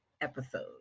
episode